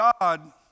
God